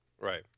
Right